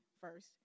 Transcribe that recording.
first